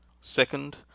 Second